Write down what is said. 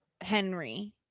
Henry